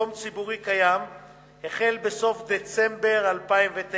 במקום ציבורי קיים החל בסוף דצמבר 2009,